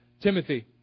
Timothy